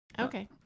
Okay